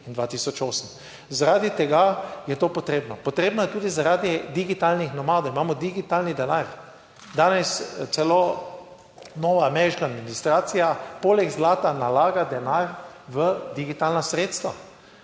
zaradi tega. Je to potrebno, potrebno je tudi zaradi digitalnih nomadov, imamo digitalni denar. Danes celo nova ameriška administracija poleg zlata nalaga denar v digitalna sredstva.